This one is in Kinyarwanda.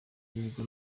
yego